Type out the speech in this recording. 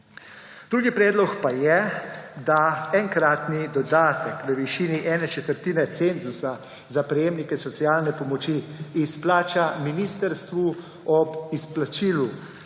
Drugi predlog pa je, da enkratni dodatek v višini ene četrtine cenzusa za prejemnike socialne pomoči izplača ministrstvo ob izplačilu